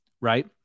Right